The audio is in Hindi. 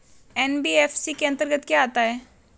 एन.बी.एफ.सी के अंतर्गत क्या आता है?